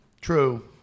True